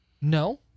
No